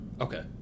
Okay